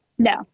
No